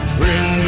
bring